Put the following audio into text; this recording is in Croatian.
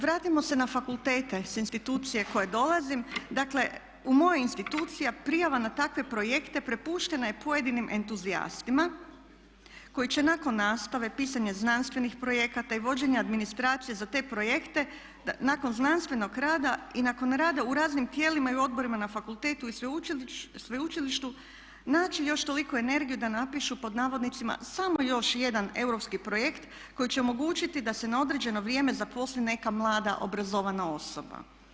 Vratimo se na fakultete sa institucije s koje dolazim, dakle u mojoj instituciji prijava na takve projekte prepuštena je pojedinim entuzijastima koji će nakon nastave, pisanja znanstvenih projekata i vođenja administracije za te projekte nakon znanstvenog rada i nakon rada u raznim tijelima i u odborima na fakultetu i sveučilištu naći još toliku energiju da napišu pod navodnicima samo još jedan europski projekt koji će omogućiti da se na određeno vrijeme zaposli neka mlada obrazovana osoba.